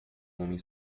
homem